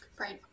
Right